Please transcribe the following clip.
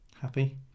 Happy